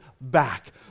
back